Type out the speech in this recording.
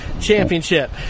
championship